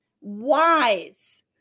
wise